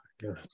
good